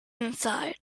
inside